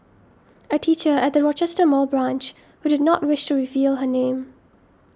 a teacher at the Rochester Mall branch who did not wish to reveal her name